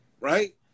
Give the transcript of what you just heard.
Right